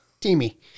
Teamy